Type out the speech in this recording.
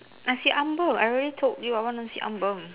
nasi ambeng I already told you I want nasi ambeng